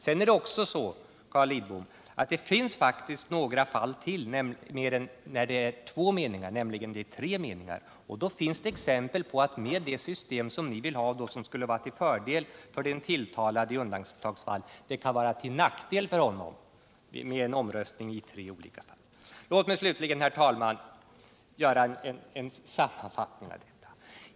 Sedan är det också så, Carl Lidbom, att det faktiskt finns några fall till, nämligen när det är tre meningar. Det finns där exempel på att det system som ni vill ha och som skulle vara till fördel för den tilltalade i stället kommer att vara till nackdel för denne. Låt mig slutligen, herr talman, göra en konkret analys av frågan.